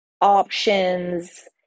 options